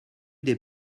des